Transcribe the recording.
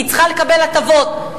היא צריכה לקבל הטבות,